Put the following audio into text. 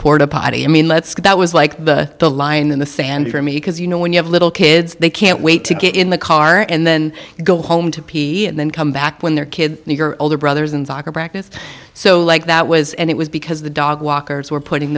port a potty i mean let's go that was like the the line in the sand for me because you know when you have little kids they can't wait to get in the car and then go home to pee and then come back when their kid and your older brothers and soccer practice so like that was and it was because the dog walkers were putting